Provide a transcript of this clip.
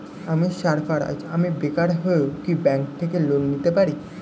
আমি সার্ফারাজ, আমি বেকার হয়েও কি ব্যঙ্ক থেকে লোন নিতে পারি?